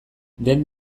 den